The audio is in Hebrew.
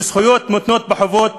שזכויות מותנות בחובות,